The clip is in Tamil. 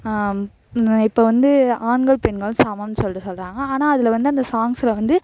ம இப்போ வந்து ஆண்கள் பெண்கள் சமம்ன்னு சொல்லிட்டு சொல்கிறாங்க ஆனால் அதில் வந்து அந்த சாங்ஸில் வந்து